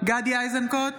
גדי איזנקוט,